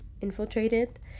infiltrated